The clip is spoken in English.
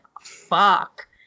fuck